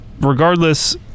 regardless